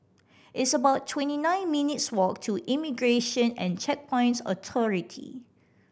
it's about twenty nine minutes' walk to Immigration and Checkpoints Authority